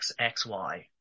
XXY